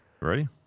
Ready